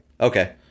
okay